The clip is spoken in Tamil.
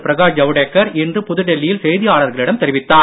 பிரகாஷ் ஜவடேகர் இன்று புதுடில்லியில் செய்தியாளர்களிடம் தெரிவித்தார்